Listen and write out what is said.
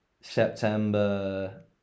September